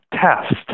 test